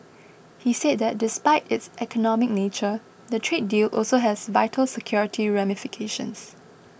he said that despite its economic nature the trade deal also has vital security ramifications